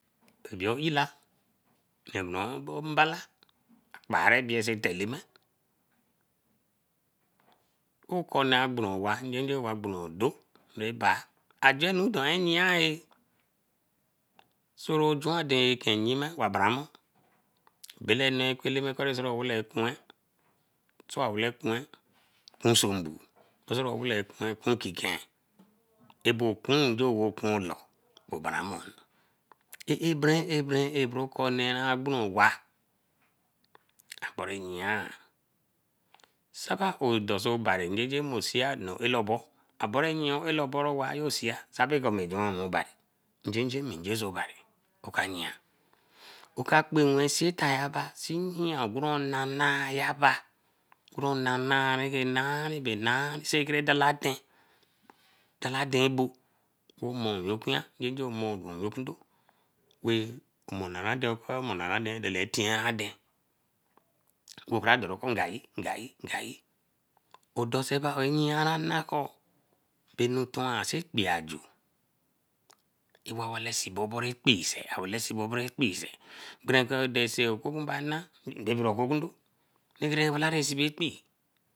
Bae bae ila mbala kparebie ken kai Eleme okan nee bro owa, owa bro odddo rabae ajor nu doreyea, sorohuan adeyo eken yime wabaramer, bele nee ku Eleme ko ra owale ekunwe sowa wde kunwe enso buo, owele kunwe eo kinkea. Abo kun jo boh kun loor ebari amuru ah bra ah bra konee wah agbon owa abonyoia soboku odoso obari jejemer seer mo ala obor abore yea alabor owayo seer sabekor juan obari, njenje njosen obari, oka yia oka kpenwe see eta yaba see yia ogunronana yaba okuronana ra naeri, sekere dala aden, dala aden agbo omor wakinya omor owekindo wey kuma aden tira aden kura domura ngayi ngayi ngayi edoseba oyiarana kor binutuan kpee aju ewowolesibobo ra kpee sey ra see loebo kpee sey berenren si okonkie ba nah okonkundo ra walara sibi ekpee.